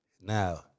Now